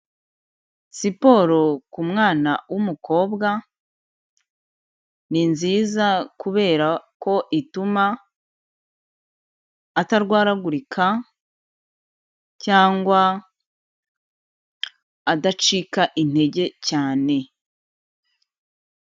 Siporo ku mwana w'umukobwa ni nziza kubera ko ituma atarwaragurika cyangwa adacika adacika intege cyane.